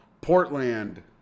Portland